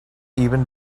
even